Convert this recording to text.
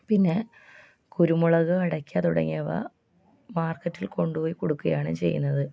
പിന്നെ കുരുമുളക് അടയ്ക്ക തുടങ്ങിയവ മാർക്കറ്റിൽ കൊണ്ടു പോയി കൊടുക്കുകയാണ് ചെയ്യുന്നത്